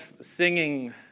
singing